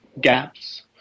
gaps